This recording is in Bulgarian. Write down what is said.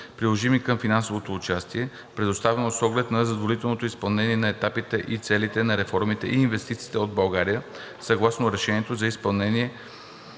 приложими към финансовото участие, предоставено с оглед на задоволителното изпълнение на етапите и целите на реформите и инвестициите от България съгласно решението за изпълнение